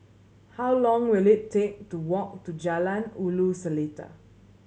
how long will it take to walk to Jalan Ulu Seletar